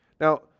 Now